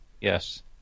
Yes